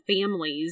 families